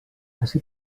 ací